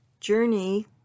journey